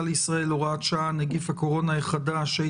לישראל (הוראת שעה נגיף הקורונה החדשה),